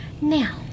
now